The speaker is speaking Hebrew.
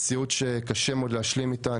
זאת מציאות שקשה מאוד להשלים איתה,